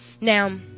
now